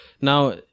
Now